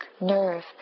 nerve